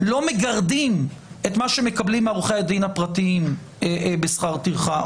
-- לא מגרדים את מה שמקבלים עורכי הדין הפרטיים בשכר טרחה.